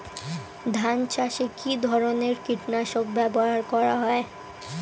ধান চাষে কী ধরনের কীট নাশক ব্যাবহার করা হয়?